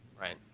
Right